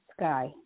sky